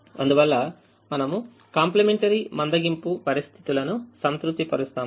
అందువల్ల మనము కాంప్లిమెంటరీ మందగింపు పరిస్థితులను సంతృప్తి పరుస్తాము